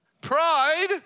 pride